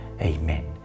Amen